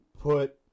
put